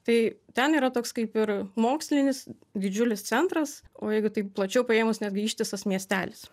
tai ten yra toks kaip ir mokslinis didžiulis centras o jeigu taip plačiau paėmus netgi ištisas miestelis